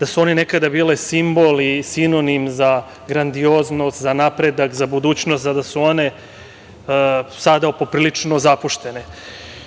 da su one nekada bile simbol i sinonim za grandioznost, za napredak, za budućnost, da su one sada poprilično zapuštene. Nažalost,